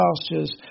pastures